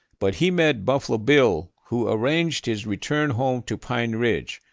but he met buffalo bill who arranged his return home to pine ridge.